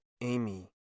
Amy